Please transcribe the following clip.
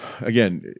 again